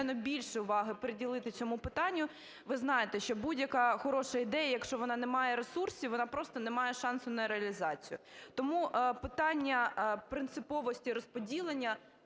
більше уваги приділити цьому питанню. Ви знаєте, що будь-яка хороша ідея, якщо вона не має ресурсів, вона просто не має шансу на реалізацію. Тому питання принциповості розподілення